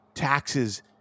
taxes